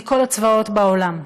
מכל הצבאות בעולם,